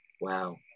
wow